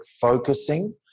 focusing